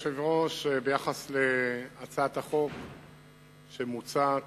אדוני היושב-ראש, ביחס להצעת החוק שמוצעת,